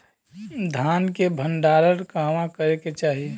धान के भण्डारण कहवा करे के चाही?